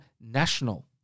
national